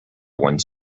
ones